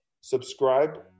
subscribe